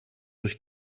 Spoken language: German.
durch